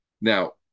Now